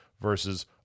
versus